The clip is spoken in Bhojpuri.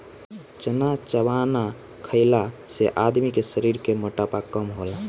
चना चबेना खईला से आदमी के शरीर के मोटापा कम होला